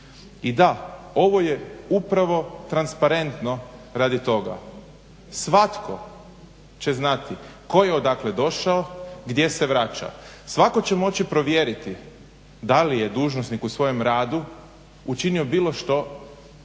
I da, ovo je upravo transparentno radi toga. Svatko će znati ko je odakle došao, gdje se vraća. Svako će moći provjeriti da li je dužnosnik u svojem radu učinio bilo što